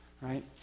right